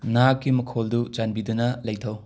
ꯅꯍꯥꯛꯀꯤ ꯃꯈꯣꯜꯗꯨ ꯆꯥꯟꯕꯤꯗꯨꯅ ꯂꯩꯊꯧ